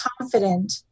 confident